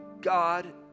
God